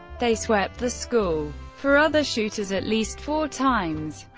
they swept the school for other shooters at least four times.